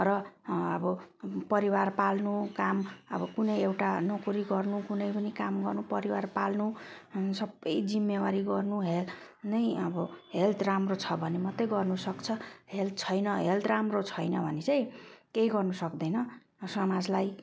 र अब परिवार पाल्नु काम अब पुनः एउटा नोकरी गर्नु कुनै पनि काम गर्नु परिवार पाल्नु अनि सबै जिम्मेवारी गर्नु हेल्थ नै अब हेल्थ राम्रो छ भने मात्रै गर्नुसक्छ हेल्थ छैन हेल्थ राम्रो छैन भने चाहिँ केही गर्नुसक्दैन समाजलाई